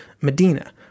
Medina